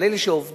אבל אלה שעובדים,